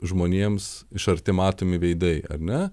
žmonėms iš arti matomi veidai ar ne